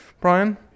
Brian